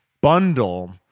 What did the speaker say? bundle